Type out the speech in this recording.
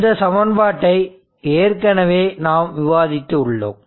இந்த சமன்பாட்டை ஏற்கனவே நாம் விவாதித்து உள்ளோம்